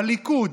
בליכוד.